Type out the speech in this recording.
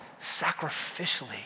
sacrificially